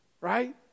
right